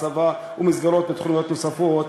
הצבא ומסגרות ותוכניות נוספות.